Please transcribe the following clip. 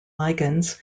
ligands